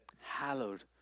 Hallowed